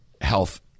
health